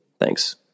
Thanks